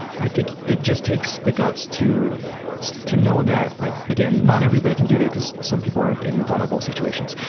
i think it just takes the guts to to know that like, again, not everybody can do it, because some people are in vulnerable situations.